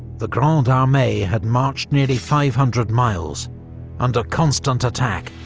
the grande armee had marched nearly five hundred miles under constant attack,